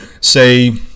say